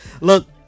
look